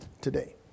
today